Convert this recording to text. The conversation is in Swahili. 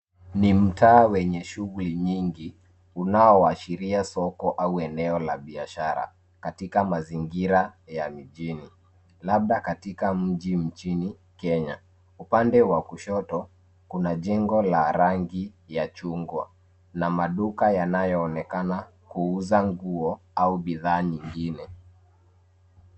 Ni mtaa wenye shughuli nyingi, unaoashiria soko au eneo la biashara katika mazingira ya mijini, labda katika mji nchini Kenya. Upande wa kushoto, kuna jengo la rangi ya chungwa na maduka yanayoonekana kuuza nguo au bidhaa nyingine.